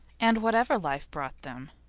and whatever life brought them